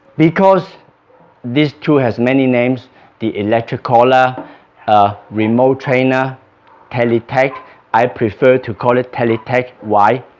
because this too has many names the electric collar ah remote trainer teletech i prefer to call it teletech, why?